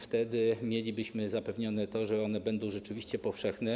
Wtedy mielibyśmy zapewnione to, że one będą rzeczywiście powszechne.